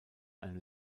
eine